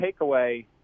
takeaway